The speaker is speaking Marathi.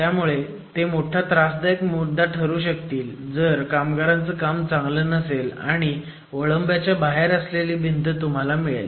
त्यामुळे ते मोठा त्रासदायक मुद्दा ठरू शकतील जर कामगारांचं काम चांगलं नसेल आणि वळंब्याच्या बाहेर असलेली भिंत तुम्हाला मिळेल